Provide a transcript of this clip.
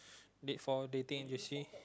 date for dating industry